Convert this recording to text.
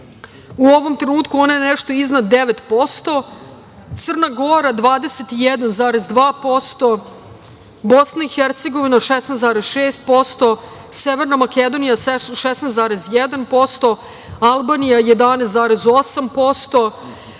u ovom trenutku je ona nešto iznad 9%, Crna Gora 21,2%, BiH 16,6%, Severna Makedonija 16,1%, Albanija 11,8%,